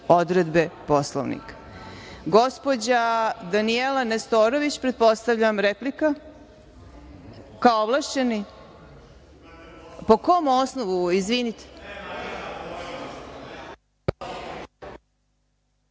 odredbe Poslovnika. Gospođa Danijela Nestorović, pretpostavljam replika. Kao ovlašćeni? Po kom osnovu, izvinite?